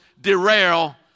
derail